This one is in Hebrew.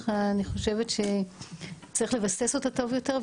אני חושבת שצריך לבסס אותה טוב יותר,